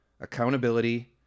accountability